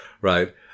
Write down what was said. right